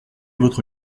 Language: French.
votre